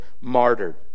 martyred